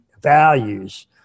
values